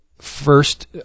first